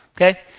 okay